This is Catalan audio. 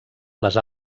les